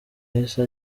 yahise